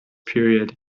period